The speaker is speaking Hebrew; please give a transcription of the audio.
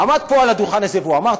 עמד פה על הדוכן הזה ואמר,